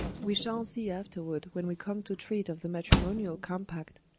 we shall see afterward when we come to treat of the matrimonial compact,